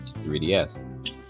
3DS